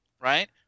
right